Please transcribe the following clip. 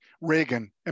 Reagan